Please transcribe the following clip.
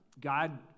God